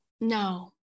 No